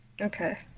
Okay